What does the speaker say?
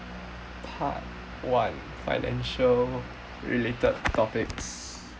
part one financial related topics